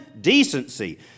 decency